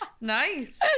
Nice